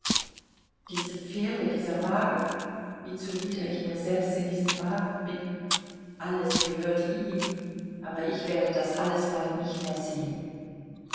diese pferde dieser wagen wie zuwider ich mir selbst in diesem wagen bin alles gehört ihm aber ich werde das alles bald nicht mehr sehen